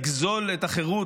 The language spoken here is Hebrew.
לגזול את החירות,